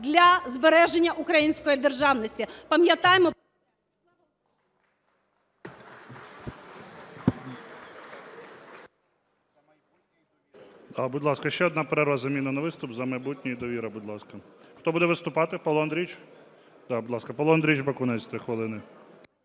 для збереження української державності. Пам'ятаймо…